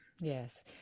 yes